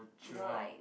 orh chill how